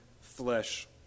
flesh